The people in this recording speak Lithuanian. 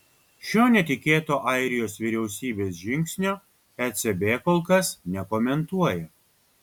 šio netikėto airijos vyriausybės žingsnio ecb kol kas nekomentuoja